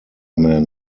man